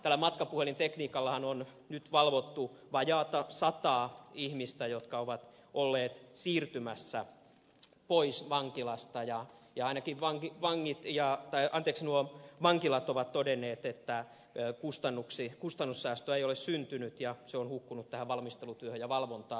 tällä matkapuhelintekniikallahan on nyt valvottu vajaata sataa ihmistä jotka ovat olleet siirtymässä pois vankilasta ja ainakin vankilat ovat todenneet että kustannussäästöä ei ole syntynyt ja se on hukkunut tähän valmistelutyöhön ja valvontaan